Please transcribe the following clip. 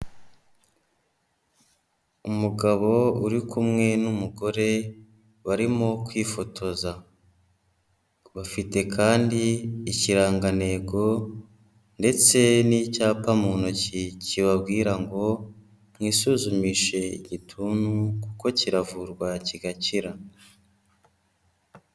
Umugabo uri kumwe n'umugore barimo kwifotoza, bafite kandi ikirangantego ndetse n'icyapa mu ntoki kibabwira ngo "mwisuzumishe igituntu, kuko kiravurwa kigakira".